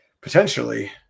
potentially